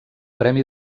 premi